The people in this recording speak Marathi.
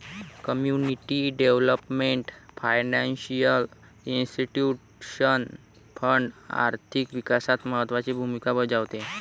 community development financial institution fund आर्थिक विकासात महत्त्वाची भूमिका बजावते